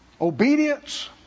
obedience